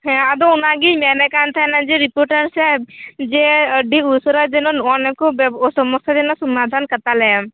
ᱦᱮ ᱟᱫᱚ ᱚᱱᱟᱜᱤᱧ ᱢᱮᱱᱮᱠᱟᱱ ᱛᱟᱦᱮᱱᱟ ᱡᱮ ᱨᱤᱯᱚᱴᱟᱨ ᱥᱟᱦᱮᱵᱽ ᱡᱮ ᱟᱹᱰᱤ ᱩᱥᱟᱨᱟᱭ ᱵᱮᱱ ᱡᱮᱱᱚ ᱱᱚᱜᱼᱚ ᱱᱩᱠᱩ ᱥᱚᱢᱚᱥᱟ ᱡᱮᱱᱚ ᱥᱚᱢᱟᱫᱷᱟᱱ ᱠᱟᱛᱮᱞᱮᱢ